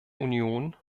union